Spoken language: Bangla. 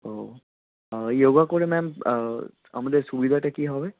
ও ইয়োগা করে ম্যাম আমাদের সুবিধা টা কী হবে